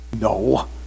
No